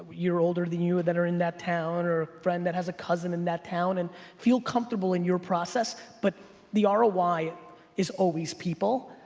your older than you that are in that town or friend that has a cousin in that town and feel comfortable in your process but the aura why is always people.